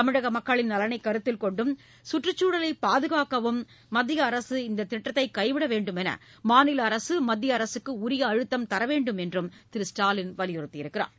தமிழக மக்களின் நலனை கருத்தில்கொண்டும் சுற்றுச்சூழலை பாதுகாக்கவும் மத்திய அரசு இந்தத் திட்டத்தை கைவிடுமாறு மாநில அரசு மத்திய அரசுக்கு உரிய அழுத்தம் தர வேண்டும் என்று திரு ஸ்டாலின் வலியுறுத்தியுள்ளார்